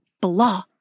blah